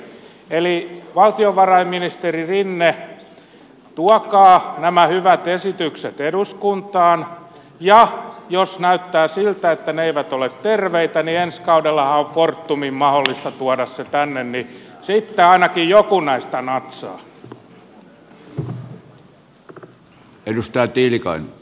eli valtiovarainministeri rinne tuokaa nämä hyvät esitykset eduskuntaan ja jos näyttää siltä että ne eivät ole terveitä ensi kaudellahan on fortumin mahdollista tuoda se tänne niin sitten ainakin joku näistä natsaa